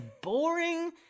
boring